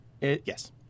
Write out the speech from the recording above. Yes